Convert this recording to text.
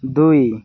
ଦୁଇ